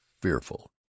fearful